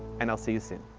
and i'll see see